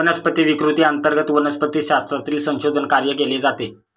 वनस्पती विकृती अंतर्गत वनस्पतिशास्त्रातील संशोधन कार्य केले जाते